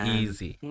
easy